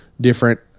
different